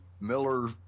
Miller